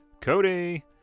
Cody